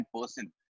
person